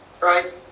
right